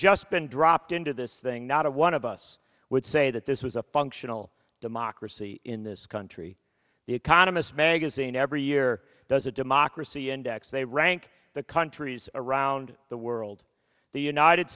just been dropped into this thing not a one of us would say that this was a functional democracy in this country the economist magazine every year does a democracy index they rank the countries around the world the united